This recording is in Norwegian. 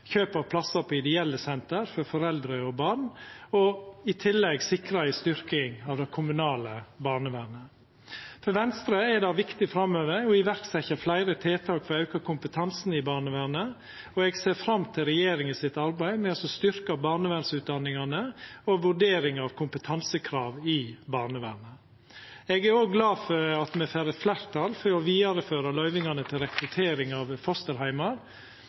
kjøp av plassar på ideelle senter for foreldre og barn og i tillegg sikrar ei styrking av det kommunale barnevernet. For Venstre er det viktig framover å setja i verk fleire tiltak for å auka kompetansen i barnevernet, og eg ser fram til regjeringa sitt arbeid med å styrkja barnevernsutdanningane og vurdering av kompetansekrav i barnevernet. Eg er òg glad for at me får eit fleirtal for å vidareføra løyvingane til rekruttering av fosterheimar.